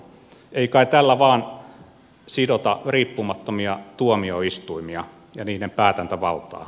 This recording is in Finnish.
ei kai tällä vain sidota riippumattomia tuomioistuimia ja niiden päätäntävaltaa